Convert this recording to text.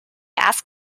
asked